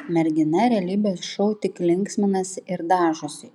mergina realybės šou tik linksminasi ir dažosi